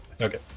Okay